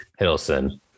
Hiddleston